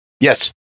Yes